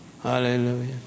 hallelujah